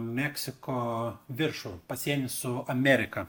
meksiko viršų pasienį su amerika